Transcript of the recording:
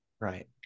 right